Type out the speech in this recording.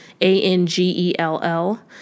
A-N-G-E-L-L